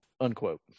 unquote